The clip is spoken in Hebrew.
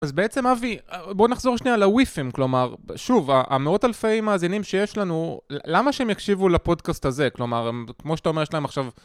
אז בעצם, אבי, בוא נחזור שנייה לוויפים, כלומר, שוב, המאות אלפי מאזינים שיש לנו, למה שהם יקשיבו לפודקאסט הזה? כלומר, הם, כמו שאתה אומר, יש להם עכשיו...